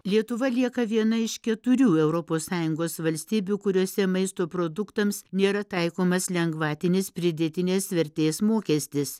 lietuva lieka viena iš keturių europos sąjungos valstybių kuriose maisto produktams nėra taikomas lengvatinis pridėtinės vertės mokestis